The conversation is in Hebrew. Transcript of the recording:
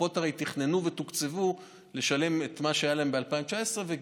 הקופות הרי תכננו ותוקצבו לשלם את מה שהיה להם ב-2019 וגידול,